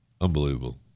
Unbelievable